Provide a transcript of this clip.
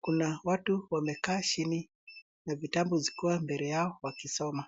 Kuna watu wamekaa chini na vitabu zikiwa mbele yao wakisoma.